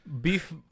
beef